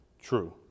true